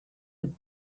would